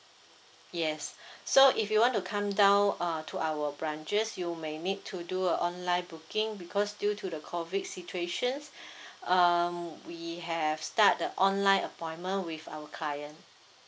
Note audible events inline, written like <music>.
yes <breath> so if you want to come down uh to our branches you may need to do a online booking because due to the COVID situations <breath> um we have start the online appointment with our client